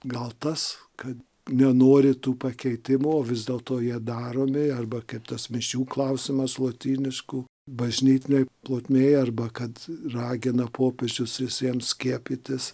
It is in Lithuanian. gal tas kad nenori tų pakeitimų o vis dėlto jie daromi arba kaip tas mišių klausimas lotyniškų bažnytinėj plotmėj arba kad ragina popiežius visiems skiepytis